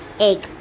egg